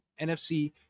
NFC